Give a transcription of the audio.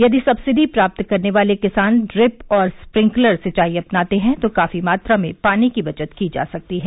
यदि सब्सिडी प्राप्त करने वाले किसान ड्रिप और स्प्रिंकलर सिंचाई अपनाते हैं तो काफी मात्रा में पानी की बचत की जा सकती है